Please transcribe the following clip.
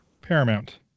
Paramount